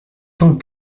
tant